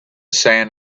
sand